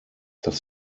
das